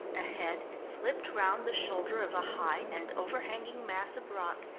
ahead it slipped round the shoulder of a high and over-hanging mass of rock,